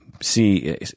see